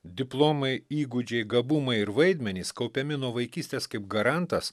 diplomai įgūdžiai gabumai ir vaidmenys kaupiami nuo vaikystės kaip garantas